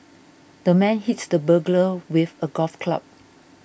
the man hit the burglar with a golf club